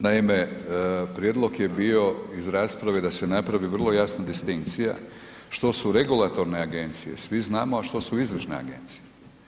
Naime, prijedlog je bio iz rasprave da se napravi vrlo jasna distencija što su regulatorne agencija, svi znamo, a što su izvršne agencije.